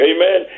Amen